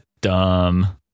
dumb